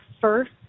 first